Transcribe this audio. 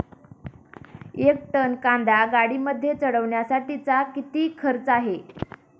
एक टन कांदा गाडीमध्ये चढवण्यासाठीचा किती खर्च आहे?